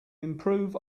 improve